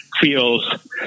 feels